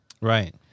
Right